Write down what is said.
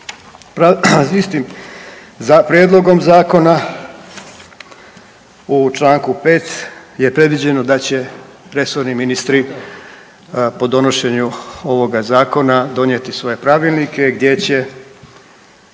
istim Prijedlogom zakona u čl. 5 je predviđeno da će resorni ministri po donošenju ovoga Zakona donijeti svoje pravilnike gdje će